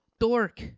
dork